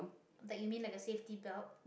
that you mean like a safety belt